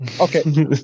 Okay